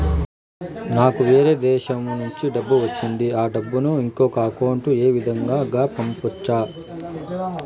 నాకు వేరే దేశము నుంచి డబ్బు వచ్చింది ఆ డబ్బును ఇంకొక అకౌంట్ ఏ విధంగా గ పంపొచ్చా?